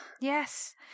Yes